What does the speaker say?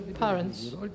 parents